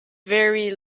very